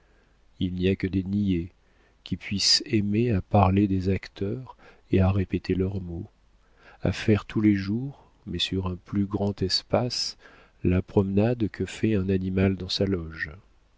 il n'y a que des niais qui puissent aimer à parler des acteurs et à répéter leurs mots à faire tous les jours mais sur un plus grand espace la promenade que fait un animal dans sa loge